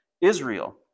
Israel